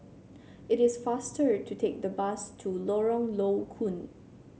it is faster to take the bus to Lorong Low Koon